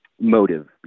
motive